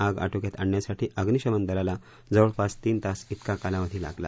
आग आटोक्यात आणण्यासाठी अग्निशमन दलाला जवळपास तीन तास तिका कालावधी लागला